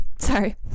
sorry